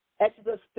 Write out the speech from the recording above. Exodus